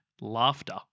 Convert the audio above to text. Laughter